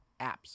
apps